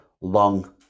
long